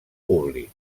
públic